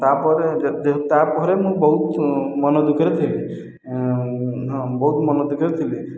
ତାପରେ ତାପରେ ମୁଁ ବହୁତ ମନ ଦୁଃଖରେ ଥିଲି ହଁ ବହୁତ ମନ ଦୁଃଖରେ ଥିଲି